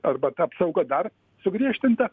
arba ta apsauga dar sugriežtinta